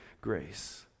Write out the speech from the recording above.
grace